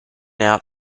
out